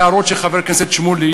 ההערות של חבר הכנסת שמולי,